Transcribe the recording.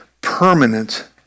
permanent